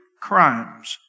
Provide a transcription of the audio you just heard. crimes